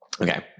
Okay